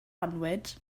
annwyd